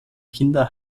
kinder